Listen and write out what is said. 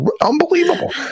unbelievable